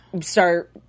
start